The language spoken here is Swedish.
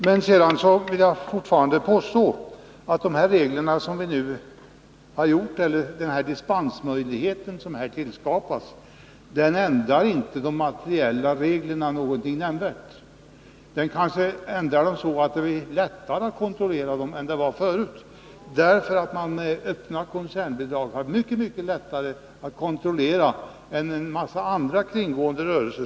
Men jag vill fortfarande påstå att den dispensmöjlighet som har tillskapats inte ändrar de materiella reglerna något nämnvärt. Man kan kanske däremot ändra dem så att det nu blir lättare att kontrollera dem än vad det var förut, eftersom det är mycket lättare att kontrollera koncernbidragen än en massa andra kringgående rörelser.